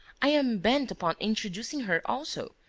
i am bent upon introducing her also.